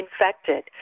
infected